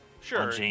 Sure